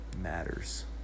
matters